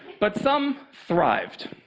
but some thrived.